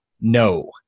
No